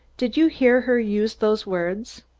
did you hear her use those words?